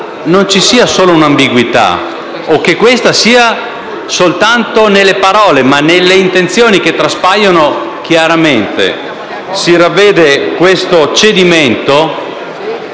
non ci sia solo un'ambiguità o che essa sia soltanto nelle parole, perché nelle intenzioni, che traspaiono chiaramente, si ravvede questo cedimento